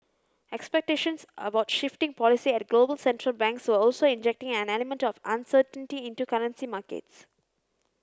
expectations about shifting policy at global central banks were also injecting an element of uncertainty into currency markets